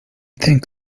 think